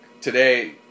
today